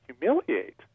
humiliate